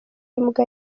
imbwa